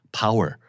power